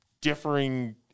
differing